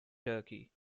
turkey